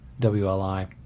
WLI